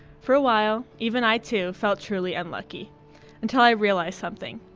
for a while, even i too felt truly unlucky until i realized something.